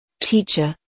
Teacher